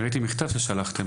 אני ראיתי ששלחתם מכתב בנושא הזה.